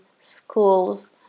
schools